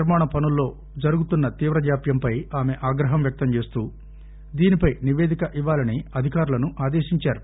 నిర్మాణ పనుల్లో జరుగుతున్న తీవ్ర జాప్యంపై ఆమె ఆగ్రహం వ్యక్తం చేస్తూ దీనిపై నిపేదిక ఇవ్వాలని అధికారులను ఆదేశించారు